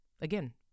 Again